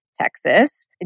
Texas